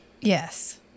yes